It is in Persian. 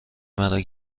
مرا